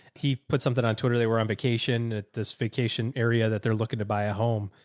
he put something on twitter. they were on vacation at this vacation area that they're looking to buy a home.